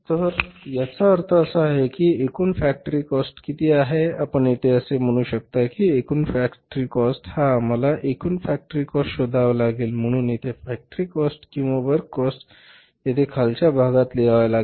तर याचा अर्थ असा आहे की एकूण फॅक्टरी काॅस्ट किती आहे आपण येथे असे म्हणू शकता की एकूण फॅक्टरी काॅस्ट हा आम्हाला एकूण फॅक्टरी काॅस्ट शोधावा लागेल म्हणून मला येथे फॅक्टरी काॅस्ट किंवा वर्क काॅस्ट येथे खालच्या भागात लिहावे लागेल